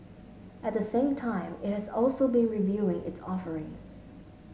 at the same time it has also been reviewing its offerings